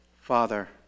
Father